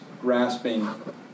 grasping